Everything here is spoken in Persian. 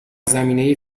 زمینه